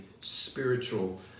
spiritual